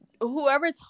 whoever